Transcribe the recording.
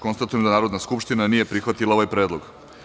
Konstatujem da Narodna skupština nije prihvatila ovaj predlog.